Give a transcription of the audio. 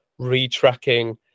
retracking